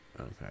Okay